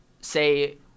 say